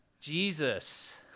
Jesus